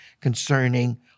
concerning